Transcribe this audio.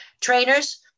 trainers